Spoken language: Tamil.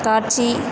காட்சி